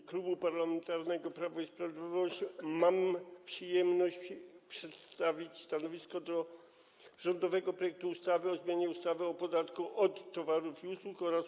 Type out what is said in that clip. W imieniu Klubu Parlamentarnego Prawo i Sprawiedliwość mam przyjemność przedstawić stanowisko wobec rządowego projektu ustawy o zmianie ustawy o podatku od towarów i usług oraz